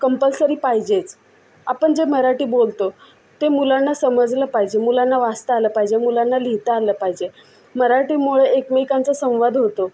compulsory पाहिजेच आपण जे मराठी बोलतो ते मुलांना समजलं पाहिजे मुलांना वाचता आलं पाहिजे मुलांना लिहिता आलं पाहिजे मराठीमुळे एकमेकांचा संवाद होतो